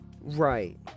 right